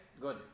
good